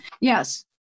Yes